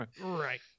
Right